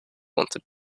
wanted